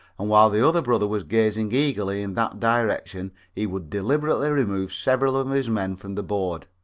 and while the other brother was gazing eagerly in that direction he would deliberately remove several of his men from the board.